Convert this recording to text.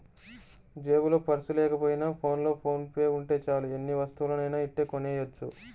జేబులో పర్సు లేకపోయినా ఫోన్లో ఫోన్ పే ఉంటే చాలు ఎన్ని వస్తువులనైనా ఇట్టే కొనెయ్యొచ్చు